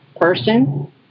person